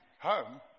home